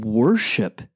worship